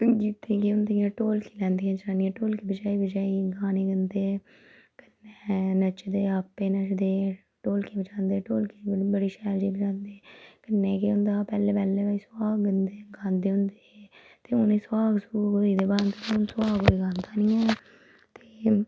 गीतें केह् होंदियां ढोलकी लैंदियां जनानियां ढोलकी बजाई बजाई गाने गांदे कन्नै नचदे आपें नचदे ढोलकी बजांदे ढोलकी बड़ी शैल जेही बजांदे कन्नै केह् होंदा पैह्लें पैह्लें सुहाग होंदे हे ते ओह् गांदे होंदे हे हून एह् सुहाग स्हूग होई गेदे बंद हून सुहाग कोई गांदा नी ऐ ते